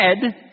head